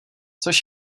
což